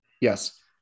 Yes